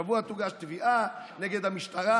השבוע תוגש תביעה נגד המשטרה,